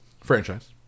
Franchise